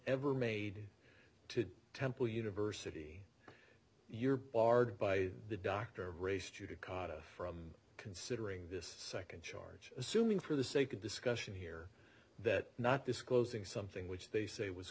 ever made to temple university you're barred by the doctor of race judicata from considering this second charge assuming for the sake of discussion here that not disclosing something which they say was